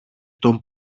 τον